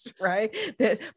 right